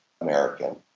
American